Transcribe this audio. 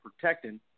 protecting